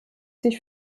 sich